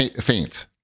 faint